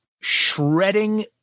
shredding